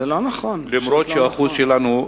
אף-על-פי שהאחוז שלנו,